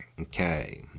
Okay